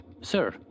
Sir